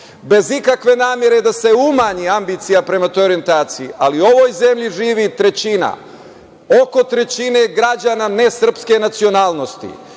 bez ikakve namere da se umanji ambicija prema toj orijentaciji, ali u ovoj zemlji živi oko trećine građana nesrpske nacionalnosti